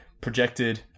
projected